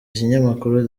ikinyamakuru